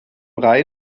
rhein